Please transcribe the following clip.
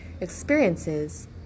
experiences